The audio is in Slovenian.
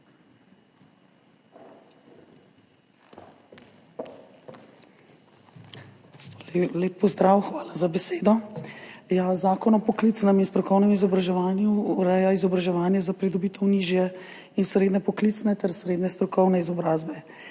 Lep pozdrav! Hvala za besedo. Zakon o poklicnem in strokovnem izobraževanju ureja izobraževanje za pridobitev nižje in srednje poklicne ter srednje strokovne izobrazbe.